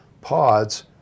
pods